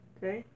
Okay